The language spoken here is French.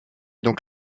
donc